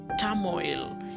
turmoil